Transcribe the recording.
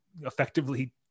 effectively